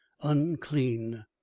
unclean